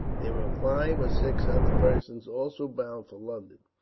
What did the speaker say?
there were five or six other persons also bound for london,